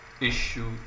issue